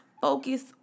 focus